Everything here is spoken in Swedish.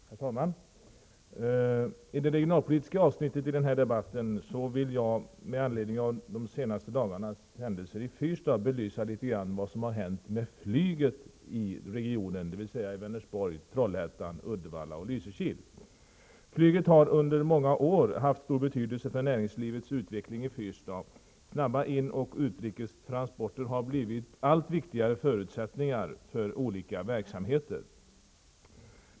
Herr talman! I det regionalpolitiska avsnittet av den här debatten vill jag med anledning av de senaste dagarnas händelser i Fyrstad belysa situationen för flyget i Fyrstadsregionen, dvs. i Flyget har under många år haft stor betydelse för näringslivets utveckling i fyrstad. Snabba in och utrikestransporter har blivit allt viktigare förutsättningar för olika verksamheter.